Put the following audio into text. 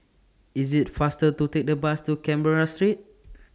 IS IT faster to Take The Bus to Canberra Street